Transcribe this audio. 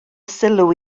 sylw